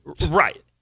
Right